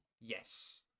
Yes